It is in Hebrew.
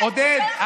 עודד,